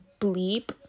bleep